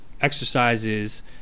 exercises